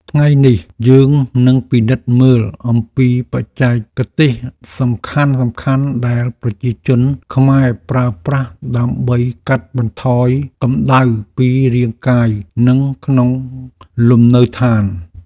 ថ្ងៃនេះយើងនឹងពិនិត្យមើលអំពីបច្ចេកទេសសំខាន់ៗដែលប្រជាជនខ្មែរប្រើប្រាស់ដើម្បីកាត់បន្ថយកម្តៅពីរាងកាយនិងក្នុងលំនៅឋាន។